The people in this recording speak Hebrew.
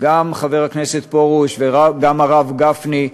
גם חבר הכנסת פרוש וגם הרב גפני,